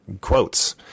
quotes